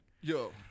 Yo